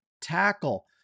tackle